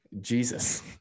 Jesus